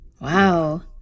Wow